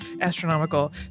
astronomical